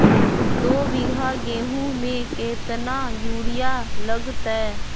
दो बीघा गेंहू में केतना यूरिया लगतै?